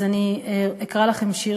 אז אני אקרא לכם שיר